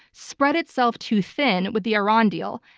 spread itself too thin with the iran deal,